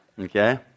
Okay